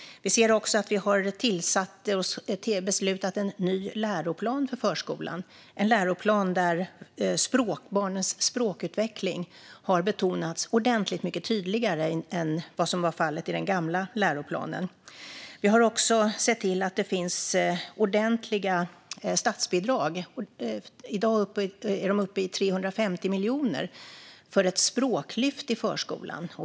Vi ser också att vi har beslutat om en ny läroplan för förskolan, där barnens språkutveckling har betonats ordentligt mycket tydligare än vad som var fallet i den gamla läroplanen. Vi har också sett till att det finns ordentliga statsbidrag - i dag är de uppe i 350 miljoner - för ett språklyft i förskolan.